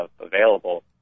available